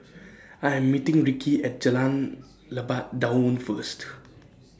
I Am meeting Rickie At Jalan Lebat Daun First